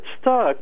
stuck